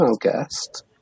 guest